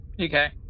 Okay